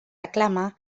reclama